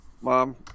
Mom